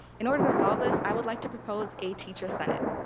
in order to solve this, i would like to propose a teacher senate.